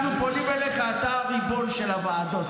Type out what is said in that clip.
אנחנו פונים אליך, אתה הריבון של הוועדות.